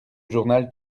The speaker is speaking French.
journal